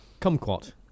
Kumquat